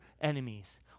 enemies